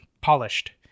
polished